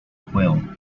juego